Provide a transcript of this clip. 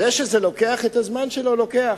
זה שזה לוקח את הזמן שלו, לוקח.